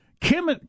Kim